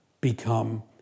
become